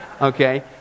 Okay